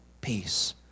peace